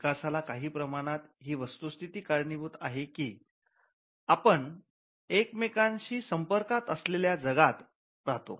विकासाला काही प्रमाणात ही वस्तुस्थिती कारणीभूत आहे की आपण एकमेकांशी संपर्कात असलेल्या जगात राहतो